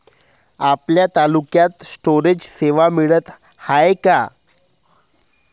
आपल्या तालुक्यात स्टोरेज सेवा मिळत हाये का?